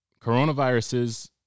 Coronaviruses